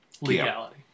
legality